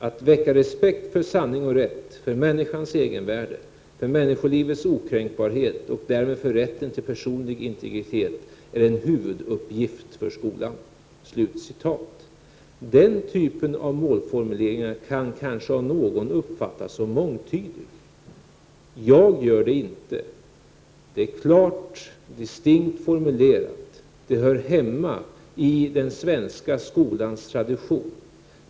Att väcka respekt för sanning och rätt, för människans egenvärde, för människolivets okränkbarhet och därmed för rätten till personlig integritet är en huvuduppgift för skolan.” Dessa målformuleringar kan kanske av någon uppfattas som mångtydiga, men inte av mig. De är klart och distinkt formulerade, och de hör hemma i den svenska skolans tradition.